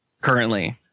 currently